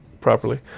properly